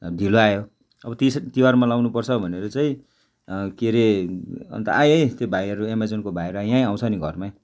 अब ढिलो आयो अब त्यस तिहारमा लगाउनु पर्छ भनेर चाहिँ के अरे अन्त आयो है त्यो भाइहरू एमाजोनको भाइहरू यहीँ आउँछ नि घरमै